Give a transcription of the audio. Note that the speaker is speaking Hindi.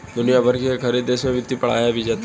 दुनिया भर के हर एक देश में वित्त पढ़ाया भी जाता है